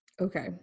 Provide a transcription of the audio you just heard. Okay